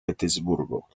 petersburgo